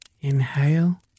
Inhale